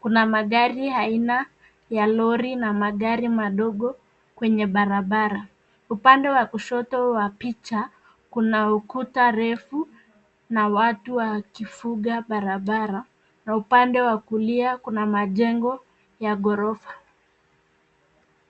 Kuna magari aina ya lori na magari madogo kwenye barabara. Upande wa kushoto wa picha kuna ukuta refu na watu wakifunga barabara na upande wa kulia kuna majengo ya ghorofa.